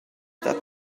that